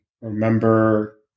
remember